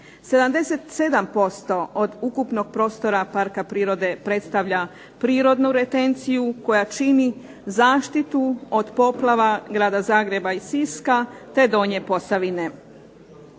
77% od ukupnog prostora Parka prirode predstavlja prirodnu retenciju koja čini zaštitu od poplava Grada Zagreba i Siska te Donje Posavine.